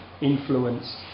influence